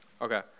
Okay